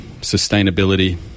sustainability